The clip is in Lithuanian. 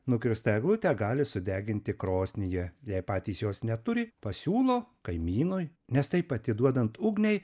nukirstą eglutę gali sudeginti krosnyje jei patys jos neturi pasiūlo kaimynui nes taip atiduodant ugniai